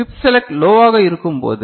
chip select லோவாக இருக்கும்போது